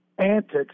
antics